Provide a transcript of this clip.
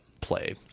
play